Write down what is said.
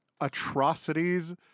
atrocities